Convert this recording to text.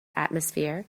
atmosphere